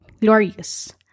Glorious